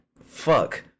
fuck